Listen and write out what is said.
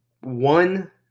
one